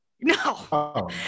no